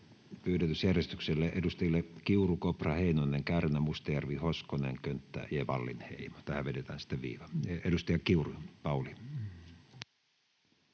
pyydetyssä järjestyksessä edustajille Kiuru, Kopra, Heinonen, Kärnä, Mustajärvi, Hoskonen, Könttä ja Wallinheimo. Tähän vedetään sitten viiva. — Edustaja Kiuru, Pauli.